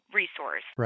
resource